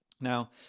Now